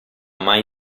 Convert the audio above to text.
mai